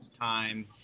time